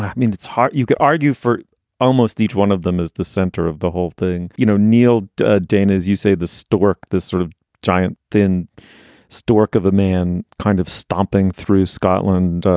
i mean, it's hard. you could argue for almost each one of them as the center of the whole thing. you know, neild danas, you say this to work this sort of giant thin stalk of a man kind of stomping through scotland,